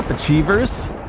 Achievers